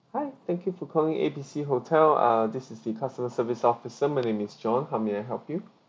hi thank you for calling A B C hotel ah this is the customer service officer my name is john how may I help you